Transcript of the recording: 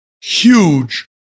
huge